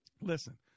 Listen